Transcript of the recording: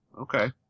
okay